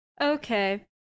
okay